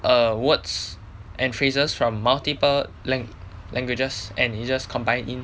err words and phrases from multiple lang~ languages and it just combine in